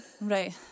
Right